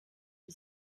die